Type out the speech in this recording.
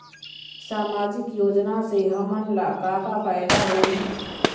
सामाजिक योजना से हमन ला का का फायदा होही?